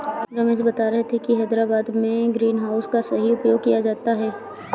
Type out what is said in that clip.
रमेश बता रहे थे कि हैदराबाद में ग्रीन हाउस का सही उपयोग किया जाता है